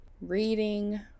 reading